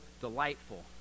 delightful